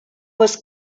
was